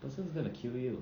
person who's gonna kill you